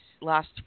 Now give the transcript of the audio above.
last